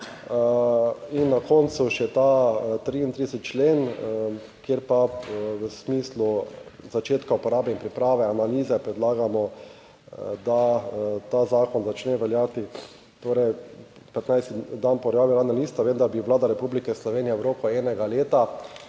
In na koncu še ta 33. člen, kjer pa v smislu začetka uporabe in priprave analize predlagamo, da ta zakon začne veljati torej 15. dan po objavi Uradna lista. Vem, da bi Vlada Republike Slovenije v roku enega leta